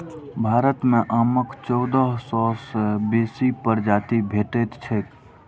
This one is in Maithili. भारत मे आमक चौदह सय सं बेसी प्रजाति भेटैत छैक